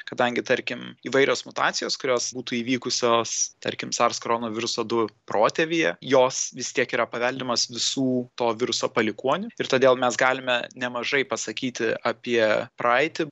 kadangi tarkim įvairios mutacijos kurios būtų įvykusios tarkim sars koronaviruso du protėvyje jos vis tiek yra paveldimas visų to viruso palikuonių ir todėl mes galime nemažai pasakyti apie praeitį